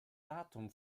datum